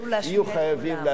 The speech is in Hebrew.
יהיו חייבים,